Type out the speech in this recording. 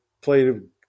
played